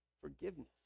forgiveness